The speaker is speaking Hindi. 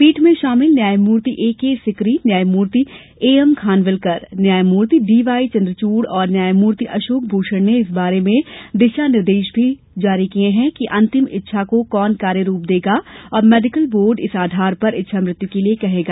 पीठ में शामिल न्यायमूर्ति एके सिकरी न्यायमूर्ति ए एम खानविलकर न्यायमूर्ति डीवाई चन्द्रचूड़ और न्यायमूर्ति अशोक भूषण ने इस बारे में दिशा निर्देश भी तय किये कि अंतिम इच्छा को कौन कार्य रूप देगा और मेडिकल बोर्ड इस आधार पर इच्छा मृत्यु के लिए कहेगा